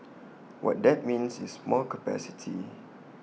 what that means is more capacity